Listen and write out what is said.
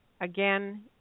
again